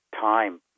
time